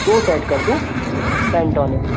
दो सेट कर दूँ पेन्टोनिक